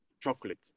chocolate